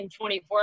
24